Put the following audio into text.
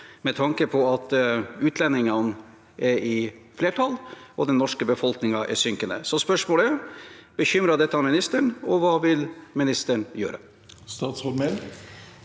med tanke på at utlendingene er i flertall og den norske befolkningen er synkende. Så spørsmålet er: Bekymrer dette ministeren, og hva vil ministeren gjøre?